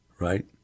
right